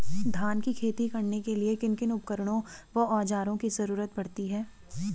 धान की खेती करने के लिए किन किन उपकरणों व औज़ारों की जरूरत पड़ती है?